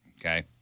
Okay